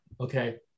Okay